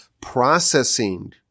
processing